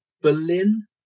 Berlin